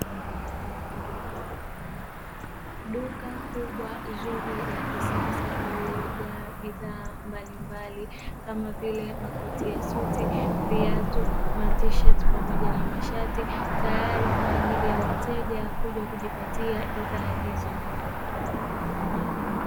Duka kubwa zuri la kisasa lililojaa bidhaa mbalimbali kama vile makoti ya suti, viatu, matisheti pamoja na mashati tayari kwa ajili ya wateja kuja kujipatia bidhaa hizo.